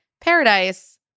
Paradise